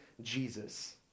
Jesus